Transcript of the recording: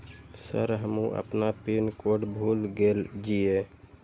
Sir हमू अपना pin code भूल गेल जीये?